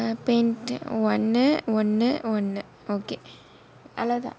paint ஒன்னு ஒன்னு:onnu onnu one ஒன்னு:onnu okay அவ்வளவு தான்:avvalavu thaan